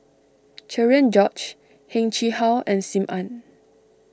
Cherian George Heng Chee How and Sim Ann